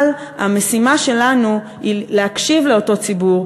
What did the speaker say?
אבל המשימה שלנו היא להקשיב לאותו ציבור,